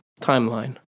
timeline